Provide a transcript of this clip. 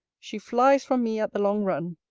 she flies from me, at the long run.